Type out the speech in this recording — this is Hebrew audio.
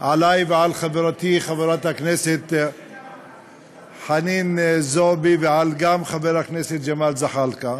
עלי ועל חברתי חברת הכנסת חנין זועבי וגם על חבר הכנסת ג'מאל זחאלקה,